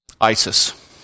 ISIS